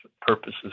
purposes